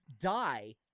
die